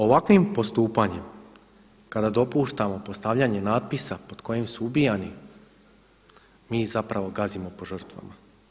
Ovakvim postupanjem kada dopuštamo postavljanje natpisa pod kojim su ubijani, mi zapravo gazimo po žrtvama.